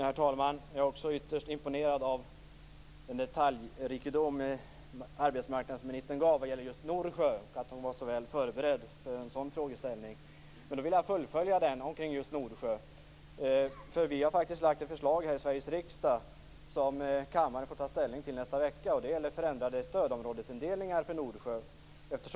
Herr talman! Jag är också ytterst imponerad av den detaljrikedom arbetsmarknadsministern visade vad gäller just Norsjö, och att hon var så väl förberedd för en sådan frågeställning. Jag skulle vilja fullfölja frågan om just Norsjö. Vi har faktiskt lagt fram ett förslag här i Sveriges riksdag som kammaren får ta ställning till nästa vecka. Det gäller förändrade stödområdesindelningar för Norsjö.